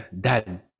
dad